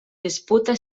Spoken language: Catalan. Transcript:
disputa